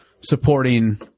supporting